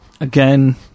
Again